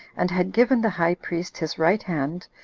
and had given the high priest his right hand,